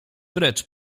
precz